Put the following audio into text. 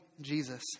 Jesus